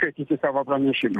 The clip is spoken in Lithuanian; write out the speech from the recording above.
skaityti savo pranešimo